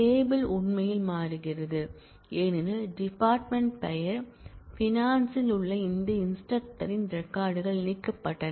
table உண்மையில் மாறுகிறது ஏனெனில் டிபார்ட்மென்ட் பெயர் பினான்சில் உள்ள இந்த இன்ஸ்டிரக்டரின் ரெக்கார்ட் கள் நீக்கப்பட்டன